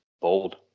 Bold